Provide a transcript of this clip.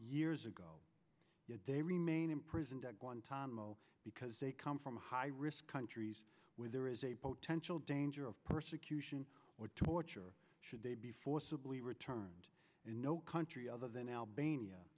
years ago yet they remain imprisoned at guantanamo because they come from high risk countries where there is a boat tensional danger of persecution or torture should they be forcibly returned in no country other than albania